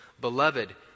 Beloved